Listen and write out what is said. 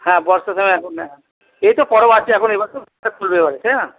হ্যাঁ বর্ষার সময় এখন এই তো পরব আছে এখন এবার তো ব্যবসা খুলবে এবারে তাই না